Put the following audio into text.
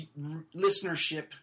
listenership